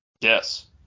Yes